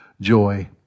joy